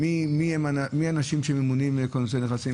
מי האנשים שממונים לכונסי נכסים.